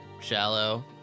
shallow